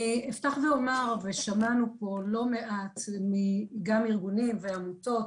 אני אפתח ואומר וכבר שמענו פה לא מעט גם מארגונים וגם מעמותות,